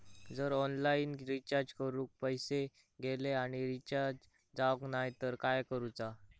जर online recharge करून पैसे गेले आणि रिचार्ज जावक नाय तर काय करूचा?